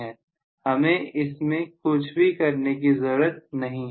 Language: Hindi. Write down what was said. हमें इसमें कुछ भी करने की जरूरत नहीं है